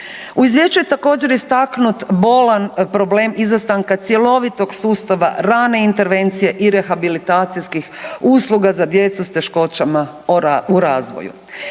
U izvješću je također istaknut bolan problem izostanka cjelovitog sustava rane intervencije i rehabilitacijskih usluga za djecu s teškoćama u razvoju.